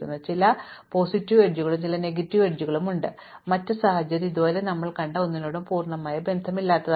അതിനാൽ ചില പോസിറ്റീവ് അരികുകളും ചില നെഗറ്റീവ് അരികുകളുമുണ്ട് മറ്റ് സാഹചര്യം ഇതുവരെ നാം കണ്ട ഒന്നിനോടും പൂർണ്ണമായും ബന്ധമില്ലാത്തതാണ്